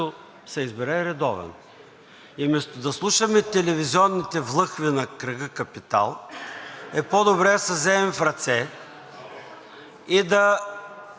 се избере редовен. И вместо да слушаме телевизионните влъхви на кръга „Капитал“, е по-добре да се вземем в ръце и да